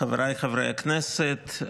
חבריי חברי הכנסת,